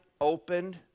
opened